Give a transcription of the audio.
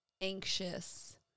anxious